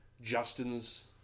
Justin's